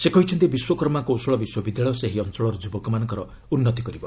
ସେ କହିଛନ୍ତି ବିଶ୍ୱକର୍ମା କୌଶଳ ବିଶ୍ୱବିଦ୍ୟାଳୟ ସେହି ଅଞ୍ଚଳର ଯୁବକମାନଙ୍କର ଉନ୍ନତି କରିବ